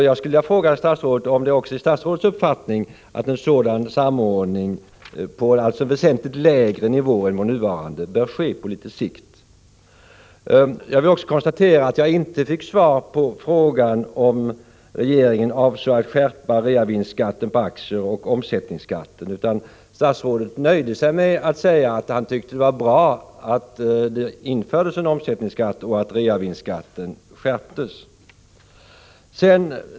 Jag skulle vilja fråga om det också är statsrådet Johanssons uppfattning att en sådan samordning, på alltså väsentligt lägre nivå än för närvarande, borde ske på sikt. Jag kan konstatera att jag inte fick svar på frågan om regeringen avser att skärpa reavinstskatten på aktier och omsättningsskatten. Statsrådet nöjer sig i stället med att säga att han tycker att det var bra att omsättningsskatten infördes och att reavinstskatten skärptes.